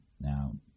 now